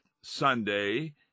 Sunday